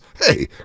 Hey